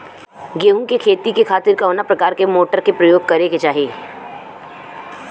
गेहूँ के खेती के खातिर कवना प्रकार के मोटर के प्रयोग करे के चाही?